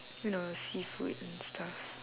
you know seafood and stuff